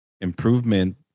improvement